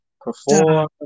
perform